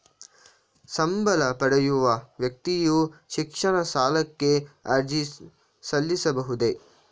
ಸಂಬಳ ಪಡೆಯುವ ವ್ಯಕ್ತಿಯು ಶಿಕ್ಷಣ ಸಾಲಕ್ಕೆ ಅರ್ಜಿ ಸಲ್ಲಿಸಬಹುದೇ?